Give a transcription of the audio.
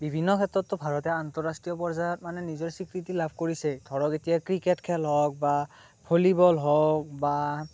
বিভিন্ন ক্ষেত্ৰতটো ভাৰতে আন্তঃৰাষ্ট্ৰীয় পৰ্যায়ত মানে নিজৰ স্বীকৃতি লাভ কৰিছেই ধৰক এতিয়া ক্ৰিকেট খেল হওক বা ভলীবল হওক বা